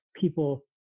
people